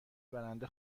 برنده